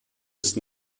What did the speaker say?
ist